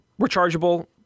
Rechargeable